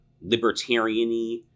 libertarian-y